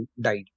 died